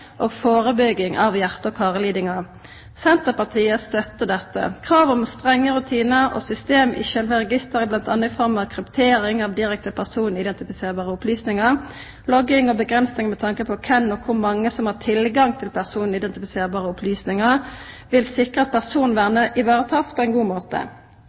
og førebygging av hjarte- og karlidingar. Senterpartiet støttar dette. Krav om strenge rutinar og system i sjølve registeret, bl.a. i form av kryptering av direkte personidentifiserande opplysningar, logging og avgrensingar med tanke på kven og kor mange som har tilgang til personidentifiserande opplysningar, vil sikra at personvernet blir vareteke på ein god måte.